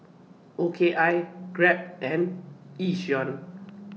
O K I Grab and Yishion